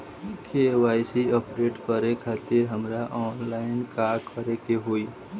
KYC update करे खातिर हमरा ऑनलाइन का करे के होई?